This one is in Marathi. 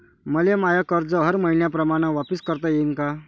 मले माय कर्ज हर मईन्याप्रमाणं वापिस करता येईन का?